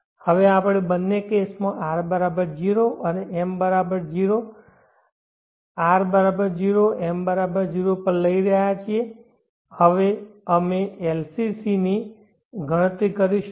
હવે આપણે બંને કેસમાં R 0 અને M 0 R 0 M 0 પર લઈ રહ્યા છીએ અને હવે અમે LCC ની ગણતરી કરીશું